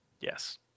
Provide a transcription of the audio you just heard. yes